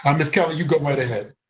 um ms. kelly, you go right ahead.